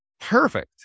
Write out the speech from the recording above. perfect